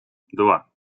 два